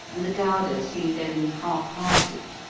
and the gouda seemed only half-hearted.